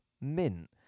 mint